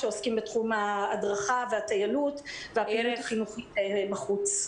שעוסקים בתחום ההדרכה והטיילות והפעילות החינוכית בחוץ.